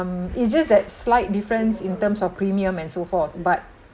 it's just that slight difference in terms of premium and so forth but